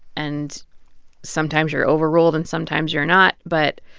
and sometimes you're overruled, and sometimes you're not. but,